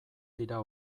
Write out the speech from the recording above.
dira